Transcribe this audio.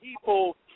people